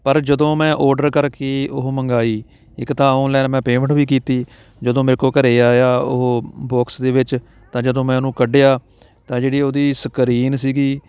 ਪਰ ਜਦੋਂ ਮੈਂ ਔਡਰ ਕਰਕੇ ਉਹ ਮੰਗਵਾਈ ਇੱਕ ਤਾਂ ਔਨਲਾਈਨ ਮੈਂ ਪੇਮੈਂਟ ਵੀ ਕੀਤੀ ਜਦੋਂ ਮੇਰੇ ਕੋਲ ਘਰ ਆਇਆ ਉਹ ਬੋਕਸ ਦੇ ਵਿੱਚ ਤਾਂ ਜਦੋਂ ਮੈਂ ਉਹਨੂੰ ਕੱਢਿਆ ਤਾਂ ਜਿਹੜੀ ਉਹਦੀ ਸਕਰੀਨ ਸੀਗੀ